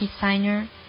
designer